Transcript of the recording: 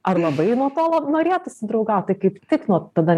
ar labai nuo to norėtųsi draugaut tai kaip tik nuo tada